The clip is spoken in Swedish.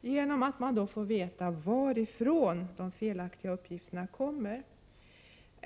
genom att man får veta varifrån de felaktiga uppgifterna kommer.